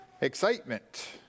excitement